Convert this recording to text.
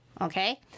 okay